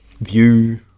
view